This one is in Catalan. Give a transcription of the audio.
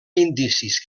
indicis